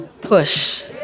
push